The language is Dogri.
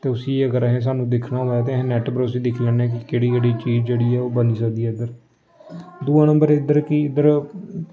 ते उस्सी अगर असें सानूं दिक्खना होऐ ते अस नैट्ट उप्परूं उस्सी दिक्खी लैन्नें कि केह्ड़ी केह्ड़ी चीज जेह्ड़ी ऐ ओह् बनी सकदी ऐ इद्धर दूआ नम्बर इद्धर कि इद्धर